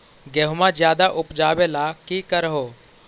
गेहुमा ज्यादा उपजाबे ला की कर हो?